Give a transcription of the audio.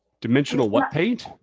dimensional what paint?